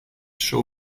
show